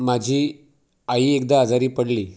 माझी आई एकदा आजारी पडली